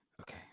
Okay